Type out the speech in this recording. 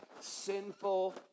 sinful